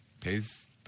pays